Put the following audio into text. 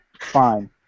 fine